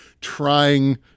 trying